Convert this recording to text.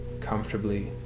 comfortably